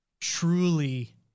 truly